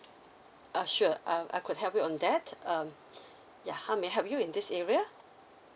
err sure err I could help you on that um yeah how may I help you in this area